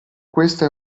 questa